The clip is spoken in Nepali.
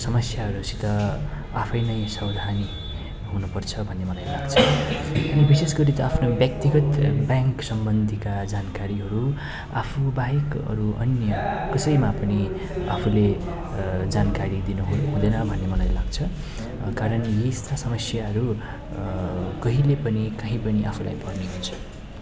समस्याहरूसित आफै नै सावधानी हुनुपर्छ भन्ने मलाई लाग्छ विशेष गरी त आफ्नो व्यक्तिगत ब्याङ्क सम्बन्धीका जानकारीहरू आफूबाहेक अरू अन्य कसैमा पनि आफूले जानकारी दिनुहुँदैन भन्ने मलाई लाग्छ कारण यी समस्याहरू कहिले पनि काहीँ पनि आफूलाई पर्ने हुन्छ